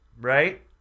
Right